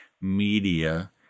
media